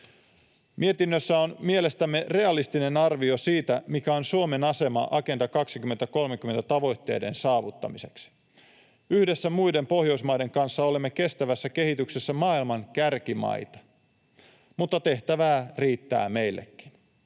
Mietinnössä on mielestämme realistinen arvio siitä, mikä on Suomen asema Agenda 2030 ‑tavoitteiden saavuttamiseksi. Yhdessä muiden Pohjoismaiden kanssa olemme kestävässä kehityksessä maailman kärkimaita, mutta tehtävää riittää meillekin.